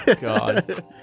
god